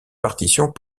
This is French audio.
partitions